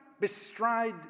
bestride